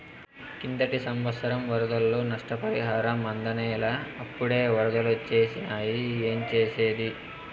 కిందటి సంవత్సరం వరదల్లో నష్టపరిహారం అందనేలా, అప్పుడే ఒరదలొచ్చేసినాయి ఏంజేసేది